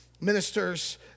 Ministers